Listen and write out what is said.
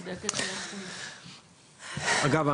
אגב,